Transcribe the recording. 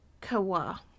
Kawa